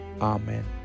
Amen